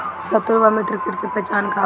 सत्रु व मित्र कीट के पहचान का होला?